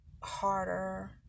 harder